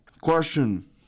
Question